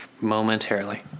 momentarily